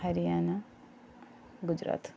Haryana Gujarat